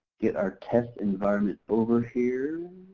get our test environment over here.